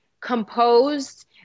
composed